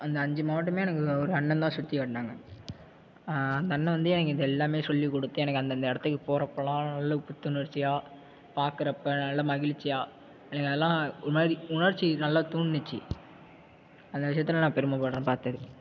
அந்த அஞ்சு மாவட்டமே எனக்கு ஒரு அண்ணன் தான் சுற்றி காட்டினாங்க அந்த அண்ணன் வந்து எனக்கு இது எல்லாமே சொல்லி கொடுத்து எனக்கு அந்தந்த இடத்துக்கு போறப்பலாம் நல்ல புத்துணர்ச்சியாக பாக்கறப்ப நல்ல மகிழ்ச்சியாக எனக்கு அதுலாம் ஒரு மாதிரி உணர்ச்சி நல்லா தூண்ட்னிச்சு அந்த விஷயத்தில் நான் பெருமைப்படறேன் பார்த்தது